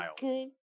good